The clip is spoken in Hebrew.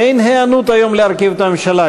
אין היענות היום להרכיב את הממשלה,